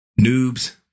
Noobs